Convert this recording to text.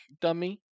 dummy